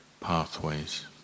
pathways